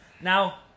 Now